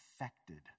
affected